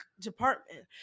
department